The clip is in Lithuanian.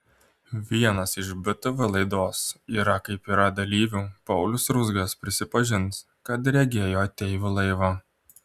vienas iš btv laidos yra kaip yra dalyvių paulius ruzgas prisipažins kad regėjo ateivių laivą